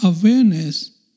awareness